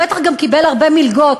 בטח גם קיבל הרבה מלגות,